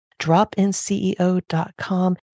dropinceo.com